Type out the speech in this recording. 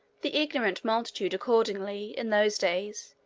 the ignorant multitude accordingly, in those days,